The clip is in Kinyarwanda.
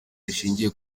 rishingiye